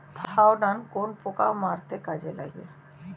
Thiodan কোন পোকা মারতে কাজে লাগে?